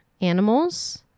animals